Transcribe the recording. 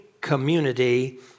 community